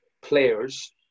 players